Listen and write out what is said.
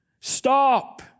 Stop